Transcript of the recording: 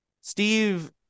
Steve